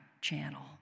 channel